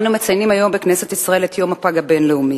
אנו מציינים היום בכנסת ישראל את יום הפג הבין-לאומי.